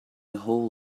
whole